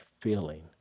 feeling